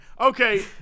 Okay